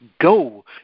go